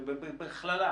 בכללה,